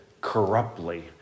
corruptly